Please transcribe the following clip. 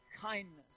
kindness